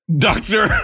Doctor